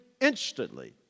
instantly